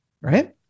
Right